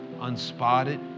unspotted